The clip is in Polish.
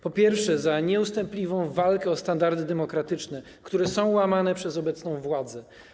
Po pierwsze, nieustępliwa walka o standardy demokratyczne, które są łamane przez obecną władzę.